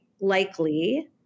likely